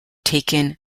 taken